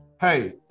hey